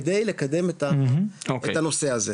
כדי לקדם את הנושא הזה.